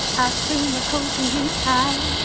dream of holding you tight.